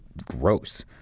gross.